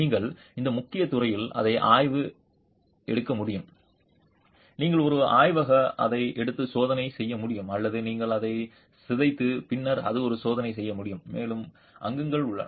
நீங்கள் இந்த முக்கிய துறையில் அதை ஆய்வு எடுக்க முடியும் நீங்கள் ஒரு ஆய்வக அதை எடுத்து சோதனைகள் செய்ய முடியும் அல்லது நீங்கள் அதை சிதைந்து பின்னர் அது ஒரு சோதனை செய்ய முடியும் மேலும் அங்கங்கள் உள்ளது